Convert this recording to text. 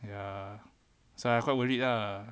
ya so I'm quite worried lah